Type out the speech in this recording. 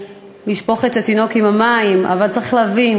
לשפוך את התינוק עם המים, אבל צריך להבין: